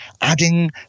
adding